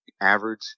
average